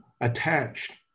attached